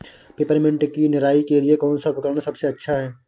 Peppermint की निराई के लिए कौन सा उपकरण सबसे अच्छा है?